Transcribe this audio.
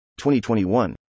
2021